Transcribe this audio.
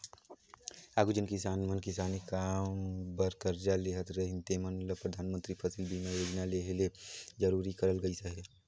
आघु जेन किसान मन किसानी काम बर करजा लेहत रहिन तेमन ल परधानमंतरी फसिल बीमा योजना लेहे ले जरूरी करल गइस अहे